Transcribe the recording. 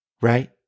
right